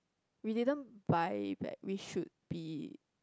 we didn't buy back we should be